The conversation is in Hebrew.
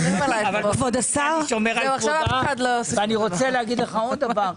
ואני רוצה להגיד לך עוד דבר.